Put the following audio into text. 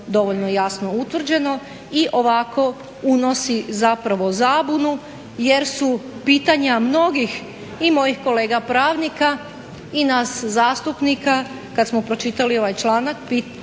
dovoljno jasno utvrđeno. I ovako unosi zapravo zabunu, jer su pitanja mnogih i mojih kolega pravnika i nas zastupnika kad smo pročitali ovaj članak